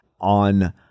On